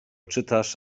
czytasz